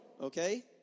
okay